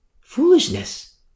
Foolishness